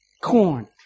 Corn